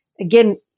again